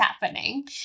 happening